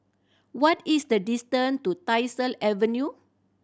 what is the distance to Tyersall Avenue